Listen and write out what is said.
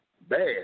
Bad